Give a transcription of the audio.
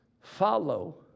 Follow